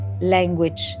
language